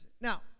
Now